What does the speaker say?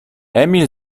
emil